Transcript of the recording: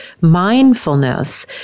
mindfulness